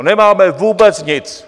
Nemáme vůbec nic!